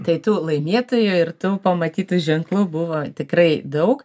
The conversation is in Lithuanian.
tai tų laimėtojų ir tų pamatytų ženklų buvo tikrai daug